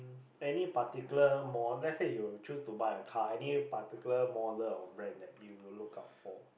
any particular mo~ let's say you choose to buy a car any particular model or brand that would you look out for